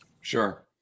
sure